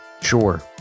Sure